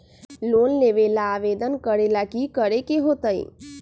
Loan लेबे ला आवेदन करे ला कि करे के होतइ?